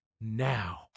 now